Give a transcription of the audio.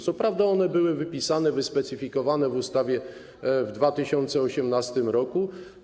Co prawda one były podane, wyspecyfikowane w ustawie w 2018 r.